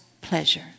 pleasure